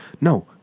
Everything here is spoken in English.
No